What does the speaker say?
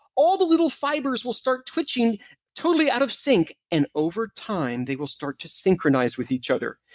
all the little fibers will start twitching totally out of sync, and over time, they will start to synchronize with each other.